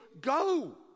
go